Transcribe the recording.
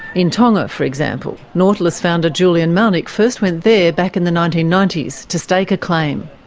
in tonga, for example. nautilus founder julian malnic first went there back in the nineteen ninety s to stake a claim.